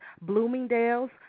Bloomingdale's